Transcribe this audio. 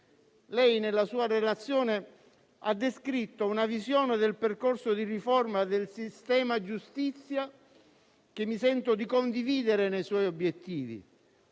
Ella, nella sua relazione, ha descritto una visione del percorso di riforma del sistema giustizia che mi sento di condividere nei suoi obiettivi